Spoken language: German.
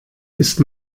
ist